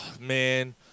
man